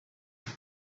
aho